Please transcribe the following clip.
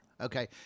okay